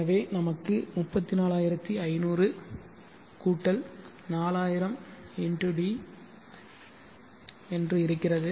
எனவே நமக்கு 34500 4000d என்று இருக்கிறது